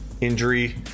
injury